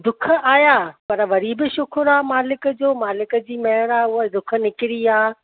दुखु आया पर वरी बि शुख़ुर आहे मालिक जो मालिक जी महिर आहे उहे दुखु निकिरी विया